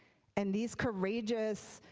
and these courageous,